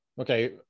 okay